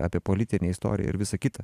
apie politinę istoriją ir visa kita